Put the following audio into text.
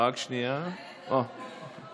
(תיקון